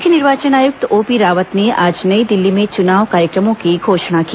मुख्य निर्वाचन आयुक्त ओपी रावत ने आज नई दिल्ली में चुनाव कार्यक्रमों की घोषणा की